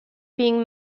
being